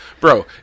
Bro